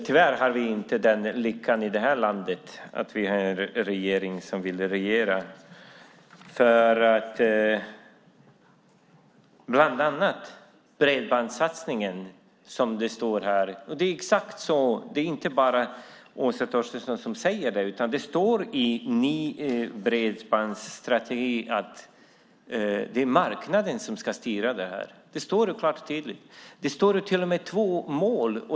Tyvärr har vi i detta land inte lyckan att ha en regering som vill regera. Det gäller bland annat bredbandssatsningen som det här står om. Det är inte bara Åsa Torstensson som talar om detta, utan det står i regeringens presentation av en ny bredbandsstrategi att marknaden ska styra. Klart och tydligt står det så. Det står till och med om två mål.